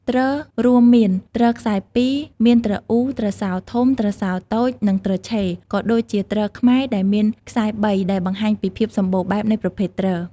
ទ្ររួមមាន ទ្រខ្សែពីរ មាន ទ្រអ៊ូ ទ្រសោធំ ទ្រសោតូច និង ទ្រឆេ ក៏ដូចជា ទ្រខ្មែរ ដែលមានខ្សែបី ដែលបង្ហាញពីភាពសម្បូរបែបនៃប្រភេទទ្រ។